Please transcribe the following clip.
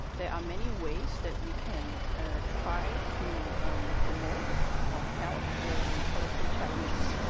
there are many ways that we can try to promote or help in policy challenges.